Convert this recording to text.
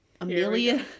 Amelia